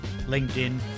LinkedIn